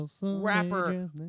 rapper